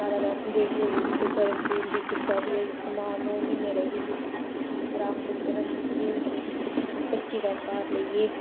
माता बैश्णो देवी होई जित्थै गर्भजून दी गुफा बी ऐ जित्थै मां नौ म्हीने रेही ही राक्षस कोला छिप्पियै बच्ची दा अवतार लेइयै